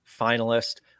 finalist